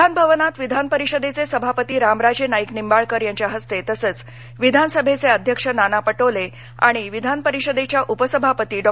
विधान भवनात विधानपरिषदेचे सभापती रामराजे नाईक निंबाळकर यांच्या हस्ते तसेच विधानसभेचे अध्यक्ष नाना पटोले आणि विधानपरिषदेच्या उप सभापती डॉ